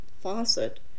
faucet